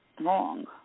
wrong